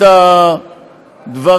אבל אני אגיד לכם יותר מזה: שמעתי כאן את הדברים